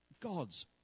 God's